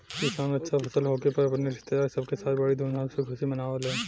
किसान अच्छा फसल होखे पर अपने रिस्तेदारन सब के साथ बड़ी धूमधाम से खुशी मनावेलन